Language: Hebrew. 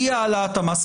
אי העלאת המס.